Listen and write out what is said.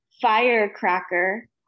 firecracker